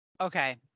okay